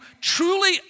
truly